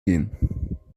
gehen